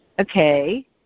okay